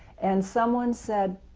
and someone said